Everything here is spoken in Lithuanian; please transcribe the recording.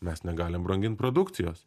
mes negalim brangint produkcijos